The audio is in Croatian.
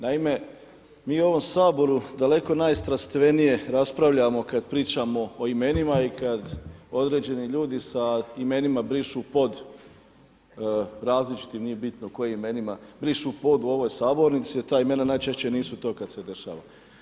Naime, mi u ovom Saboru dakle strastvenije raspravljamo kad pričamo o imenima i kad određeni ljudi sa imenima brišu pod različitim, nije bitno kojim imenima, brišu pod u ovoj sabornici, ta imena najčešće nisu to kad se dešava.